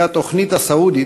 היא התוכנית הסעודית,